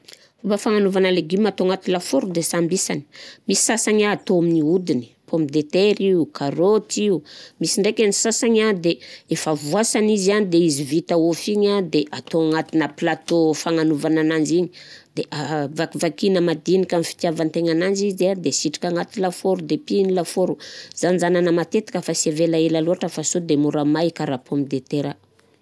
Fomba fagnanaovagna légume atao agnaty lafôro de samby isany: misy sasagny atao amin'ny hodiny, pomme de terre io, karôty io, misy ndraiky gny sasagny a de efa voasagna izy an de izy vita ôfy igny an de atao agnatina plateau fagnanovagna ananzy igny de aha- vakivakina madinika amin'ny fitiavan-tegna ananjy izy an de asitrika agnaty lafôro de pihigny lafôro, zahanjahanana matetiky fa sy avela ela loatra fa sao de mora may karah pomme de terre.